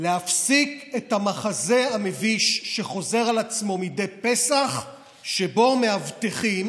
להפסיק את המחזה המביש שחוזר על עצמו מדי פסח שבו מאבטחים,